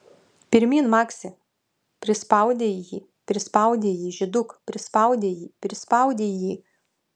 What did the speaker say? pirmyn maksi prispaudei jį prispaudei jį žyduk prispaudei jį prispaudei jį